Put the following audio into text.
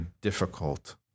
difficult